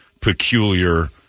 peculiar